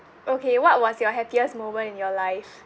okay what was your happiest moment in your life